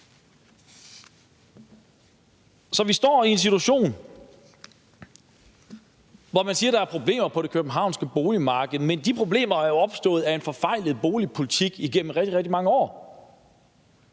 Så vi står i en situation, hvor man siger, at der er problemer på det københavnske boligmarked, men de problemer er jo opstået på grund af en forfejlet boligpolitik igennem rigtig, rigtig mange år,